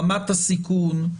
רמת הסיכון.